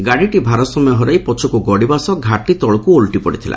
ଗାଡ଼ିଟି ଭାରସାମ୍ୟ ହରାଇ ପଛକୁ ଗଡ଼ିବା ସହ ଘାଟି ତଳକୁ ଓଲଟି ପଡ଼ିଥିଲା